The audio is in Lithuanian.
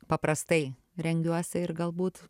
paprastai rengiuosi ir galbūt